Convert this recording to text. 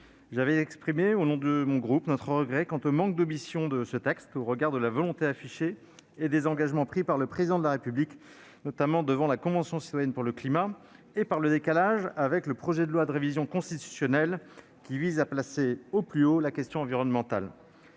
j'avais exprimé notre regret face au manque d'ambition de ce texte non seulement au regard de la volonté affichée et des engagements pris par le Président de la République devant la Convention citoyenne pour le climat, mais aussi du décalage avec le projet de loi de révision constitutionnelle, qui vise à placer au plus haut la question environnementale.